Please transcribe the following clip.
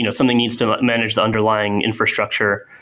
you know something needs to manage the underlying infrastructure,